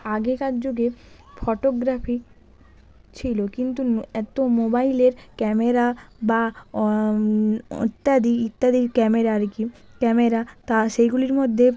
আগেকার যুগে ফটোগ্রাফি ছিল কিন্তু এত মোবাইলের ক্যামেরা বা ইত্যাদি ইত্যাদির ক্যামেরা আর কি ক্যামেরা তা সেইগুলির মধ্যে